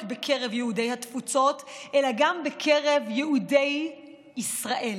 בקרב יהודי התפוצות אלא גם בקרב יהודי ישראל.